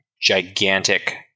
gigantic